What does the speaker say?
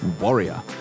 Warrior